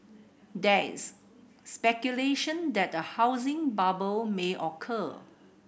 that's speculation that a housing bubble may occur